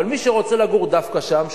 אבל מי שרוצה לגור דווקא שם,